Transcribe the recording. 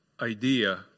idea